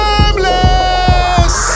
Timeless